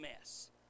mess